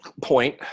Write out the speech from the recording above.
point